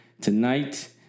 tonight